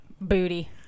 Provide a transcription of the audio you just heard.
booty